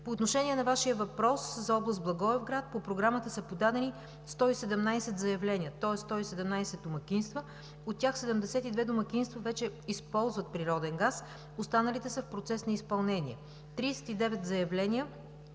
По отношение на Вашия въпрос за област Благоевград, по Програмата са подадени 117 заявления, тоест 117 домакинства, от тях 72 домакинства вече използват природен газ, останалите са в процес на изпълнение. Тридесет